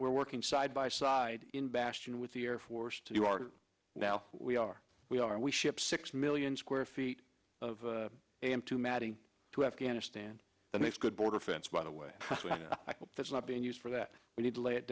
we're working side by side in bastion with the air force to you are now we are we are we ship six million square feet of am to mattie to afghanistan that makes good border fence by the way that's not being used for that we need to lay it